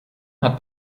hat